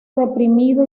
deprimido